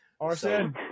Arson